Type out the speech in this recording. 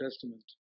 Testament